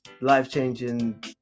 life-changing